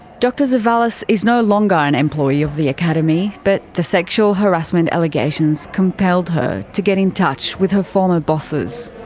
dr zevallos is no longer an employee of the academy, but the sexual harassment allegations compelled her to get in touch with her former bosses.